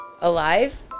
Alive